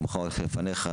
שמך הולך לפניך.